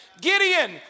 Gideon